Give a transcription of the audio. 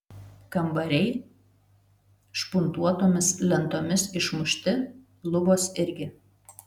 kambariai špuntuotomis lentomis išmušti lubos irgi